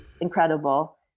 incredible